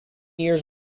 years